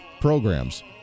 programs